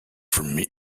from